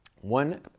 One